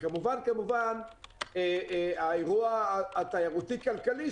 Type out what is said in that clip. וכמובן כמובן האירוע התיירותי-כלכלי,